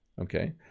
okay